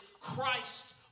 Christ